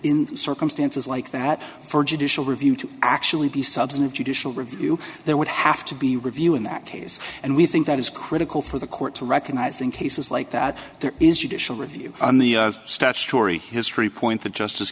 in circumstances like that for judicial review to actually be substantive judicial review there would have to be review in that case and we think that is critical for the court to recognize in cases like that there is you dish a review on the statutory history point that justice